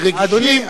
כי רגישים,